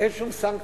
אין שום סנקציה.